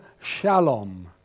Shalom